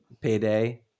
payday